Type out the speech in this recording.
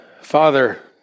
Father